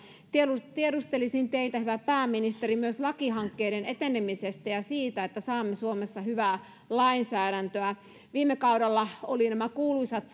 tiedustelisin teiltä hyvä pääministeri myös lakihankkeiden etenemisestä ja siitä että saamme suomessa hyvää lainsäädäntöä viime kaudella oli nämä kuuluisat